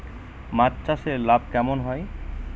মাছ চাষে লাভ কেমন হয়?